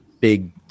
big